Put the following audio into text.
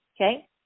Okay